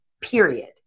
Period